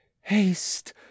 haste